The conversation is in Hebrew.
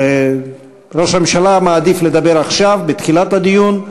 ראש הממשלה מעדיף לדבר עכשיו, בתחילת הדיון.